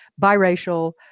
biracial